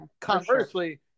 conversely